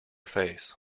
face